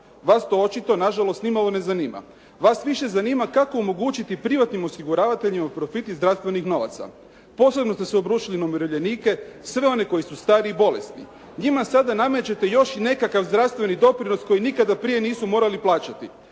Vas to očito nažalost nimalo ne zanima. Vas više zanima kako omogućiti privatnim osiguravateljima profit iz zdravstvenih novaca. Posebno ste se obrušili na umirovljenike, sve one koji su stari i bolesni. Njima sada namećete još nekakav zdravstveni doprinos koji nikada prije nisu morali plaćati.